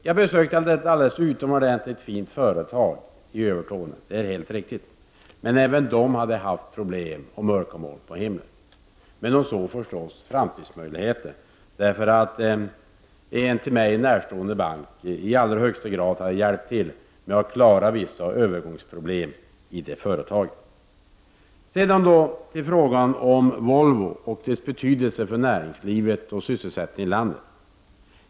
Det är helt riktigt att jag besökte ett utomordentligt fint företag i Övertorneå, men även det företaget har haft problem och mörka moln på himlen. Företaget såg förstås framtidsmöjligheter, eftersom en mig närstående bank i allra högsta grad hjälpt till för att företaget skulle kunna klara vissa övergångsproblem. Sedan till frågan om Volvo och detta företags betydelse för näringslivet och sysselsättningen i landet.